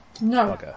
No